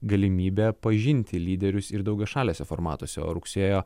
galimybę pažinti lyderius ir daugiašaliuose formatuose o rugsėjo